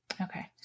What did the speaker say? Okay